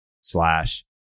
slash